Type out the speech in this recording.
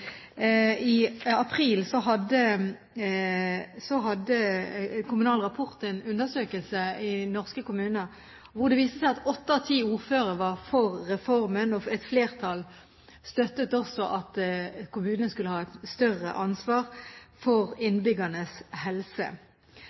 i april hadde Kommunal Rapport en undersøkelse i norske kommuner. Det viste seg der at åtte av ti ordførere var for reformen, og et flertall støttet også at kommunene skulle ha et større ansvar for innbyggernes helse.